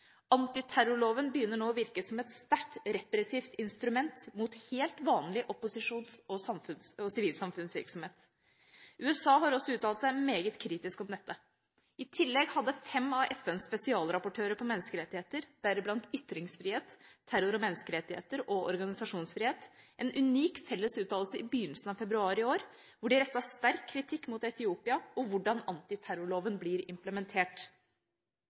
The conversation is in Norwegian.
Antiterrorloven begynner nå å virke som et sterkt repressivt instrument mot helt vanlig opposisjons- og sivilsamfunnsvirksomhet. USA har også uttalt seg meget kritisk om dette. I tillegg hadde fem av FNs spesialrapportører på menneskerettigheter, deriblant ytringsfrihet, terror og menneskerettigheter og organisasjonsfrihet, en unik felles uttalelse i begynnelsen av februar i år, hvor de rettet sterk kritikk mot Etiopia og hvordan antiterrorloven blir implementert.